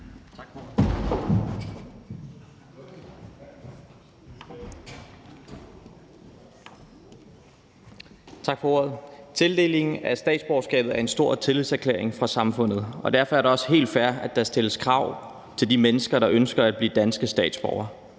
Tak for ordet. Tildelingen af statsborgerskabet er en stor tillidserklæring fra samfundet, og derfor er det også helt fair, at der stilles krav til de mennesker, der ønsker at blive danske statsborgere.